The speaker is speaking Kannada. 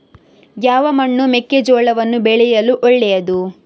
ಯಾವ ಮಣ್ಣು ಮೆಕ್ಕೆಜೋಳವನ್ನು ಬೆಳೆಯಲು ಒಳ್ಳೆಯದು?